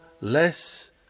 less